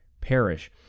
perish